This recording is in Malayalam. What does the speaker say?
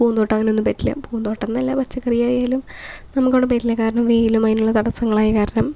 പൂന്തോട്ടം അങ്ങനെയൊന്നും പറ്റില്ല പൂന്തോട്ടം എന്നല്ല പച്ചക്കറിയായാലും നമുക്ക് അവിടെ പറ്റില്ല കാരണം വെയിലും അതിനുള്ള തടസങ്ങളും ആയത് കാരണം